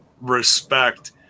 respect